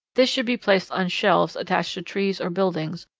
this should be placed on shelves attached to trees or buildings,